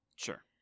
Sure